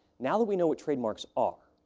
now that we know what trademarks are,